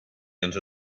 into